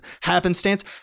happenstance